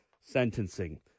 sentencing